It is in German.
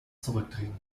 zurückdrehen